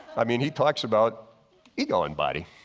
i mean he talks about ergo and body.